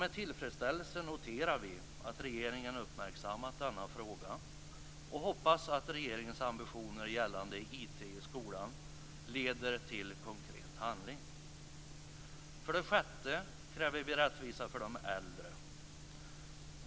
Med tillfredsställelse noterar vi att regeringen uppmärksammat denna fråga och hoppas att regeringens ambitioner gällande IT i skolan leder till konkret handling. För det sjätte kräver vi rättvisa för de äldre.